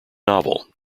novel